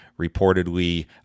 reportedly